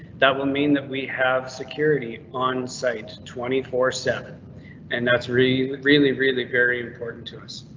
that will mean that we have security on site twenty four seven and that's really really really very important to us.